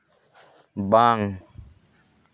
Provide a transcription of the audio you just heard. ᱵᱟᱝ